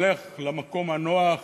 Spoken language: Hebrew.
הולך למקום הנוח